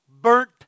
burnt